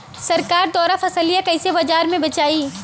सरकार द्वारा फसलिया कईसे बाजार में बेचाई?